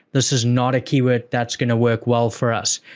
this is not a keyword that's going to work well for us,